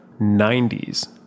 90s